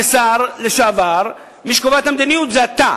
כשר לשעבר: מי שקובע את המדיניות זה אתה,